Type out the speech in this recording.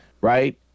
right